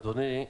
אדוני,